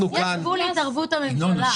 יש גבול להתערבות הממשלה.